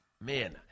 Man